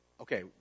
Okay